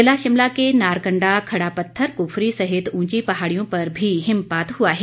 ज़िला शिमला के नारकंडा खड़ा पत्थर कुफरी सहित ऊंची पहाड़ियों पर भी हिमपात हुआ है